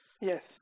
Yes